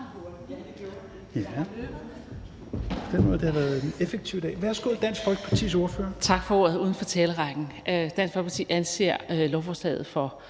Tak for ordet – uden for talerrækken. Dansk Folkeparti anser lovforslaget for